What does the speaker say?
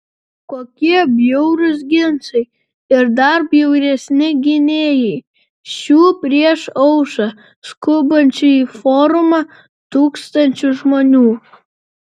kokie bjaurūs ginčai ir dar bjauresni gynėjai šių prieš aušrą skubančių į forumą tūkstančių žmonių